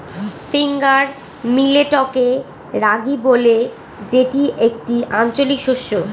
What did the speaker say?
finger মিলেটকে রাগি বলে যেটি একটি আঞ্চলিক শস্য